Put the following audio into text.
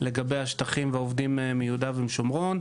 לגבי השטחים והעובדים מיהודה ומשומרון,